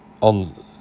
On